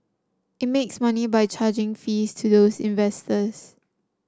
it makes money by charging fees to these investors